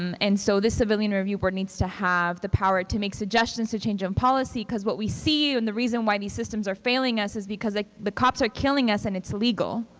um and so this civilian review board needs to have the power to make suggestions to change um policy because what we see and reason why these systems are failing us is because like the cops are killing us and it's legal,